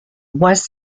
was